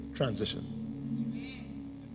transition